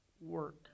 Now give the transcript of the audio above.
work